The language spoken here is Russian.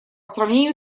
сравнению